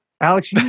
alex